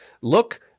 look